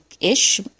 ish